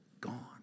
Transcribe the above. gone